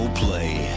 play